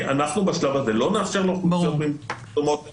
בשלב הזה לא נאפשר לאוכלוסיות ממדינות אדומות,